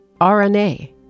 RNA